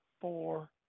four